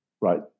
right